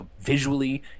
visually